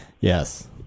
yes